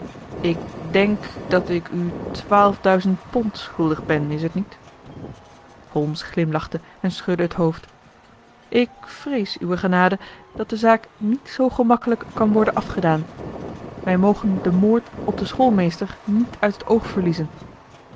ik denk dat ik u twaalf duizend pond schuldig ben is het niet holmes glimlachte en schudde het hoofd ik vrees uwe genade dat de zaak niet zoo gemakkelijk kan worden afgedaan wij mogen den moord op den schoolmeester niet uit het oog verliezen